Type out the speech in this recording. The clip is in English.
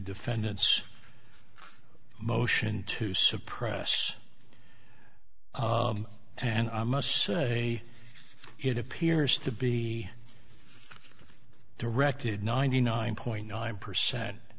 defendant's motion to suppress and i must say it appears to be directed ninety nine point nine percent